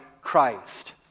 Christ